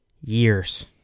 years